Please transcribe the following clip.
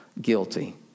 guilty